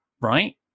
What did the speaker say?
Right